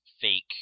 fake